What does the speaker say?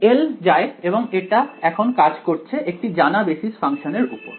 L যায় এবং এটা এখন কাজ করছে একটি জানা বেসিস ফাংশন এর উপর